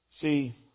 See